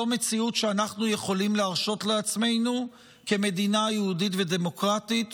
היא מציאות שאנחנו יכולים להרשות לעצמנו כמדינה יהודית ודמוקרטית.